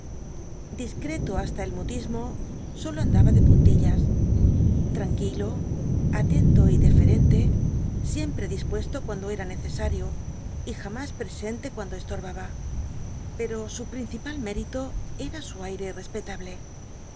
discreto hasta el mutismo solo andrl'ba de puntillas tranquilo atento y defeenle siempre dispuesto cunndo era necesario y jamás presente cuando estorbaba pero su principal mérito era su aie respetable